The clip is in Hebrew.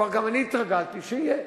גם אני כבר התרגלתי, שיהיה.